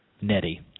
Nettie